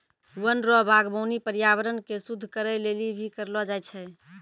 वन रो वागबानी पर्यावरण के शुद्ध करै लेली भी करलो जाय छै